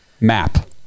Map